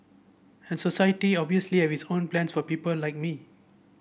and society obviously have its own plans for people like me